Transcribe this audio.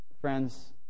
Friends